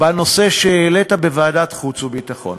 בנושא שהעלית בוועדת חוץ וביטחון.